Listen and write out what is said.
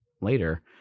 later